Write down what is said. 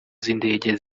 z’indege